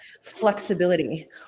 flexibility